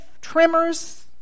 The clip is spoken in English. trimmers